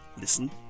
Listen